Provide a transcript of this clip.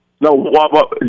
No